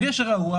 הגשר רעוע,